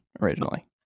originally